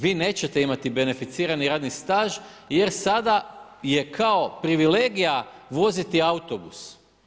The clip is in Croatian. Vi nećete imati beneficirani radni staž jer sada je kao privilegija voziti autobus.